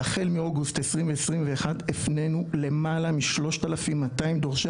והחל מאוגוסט 2021 הפנינו מעל 3200 דורשי